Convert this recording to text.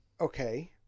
Okay